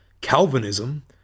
Calvinism